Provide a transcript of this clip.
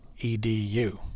edu